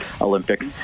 Olympics